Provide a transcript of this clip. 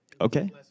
Okay